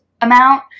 amount